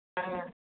ꯑꯥ